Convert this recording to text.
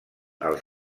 els